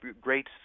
great